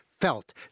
felt